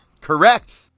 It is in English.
correct